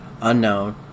unknown